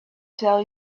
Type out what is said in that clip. tell